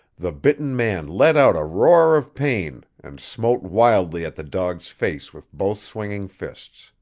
the bitten man let out a roar of pain, and smote wildly at the dog's face with both swinging fists.